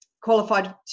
qualified